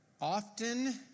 often